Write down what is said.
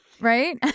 right